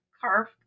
carve